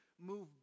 move